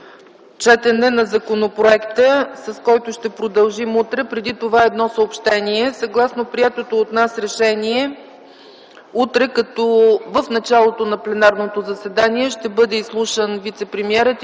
четене на закона, с който ще продължим утре. Преди това едно съобщение: Има прието от нас решение утре в началото на пленарното заседание да бъде изслушан вицепремиерът